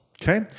okay